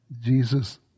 Jesus